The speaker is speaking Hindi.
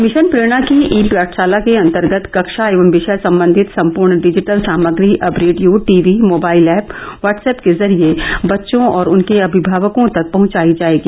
मिशन प्रेरणा की ई पाठशाला के अंतर्गत कक्षा एवं विषय सम्बंधित संपूर्ण डिजिटल सामग्री अब radio TV mobile app WhatsApp के जरिये बच्चों और उनके अभिभावकों तक पहुंचाई जाएगी